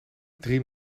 drie